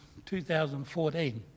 2014